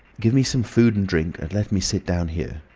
give me some food and drink, and let me sit down here.